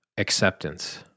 Acceptance